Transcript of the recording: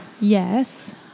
Yes